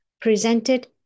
presented